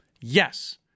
Yes